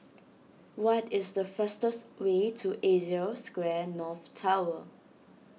what is the fastest way to Asia Square North Tower